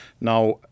Now